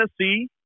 Tennessee